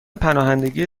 پناهندگی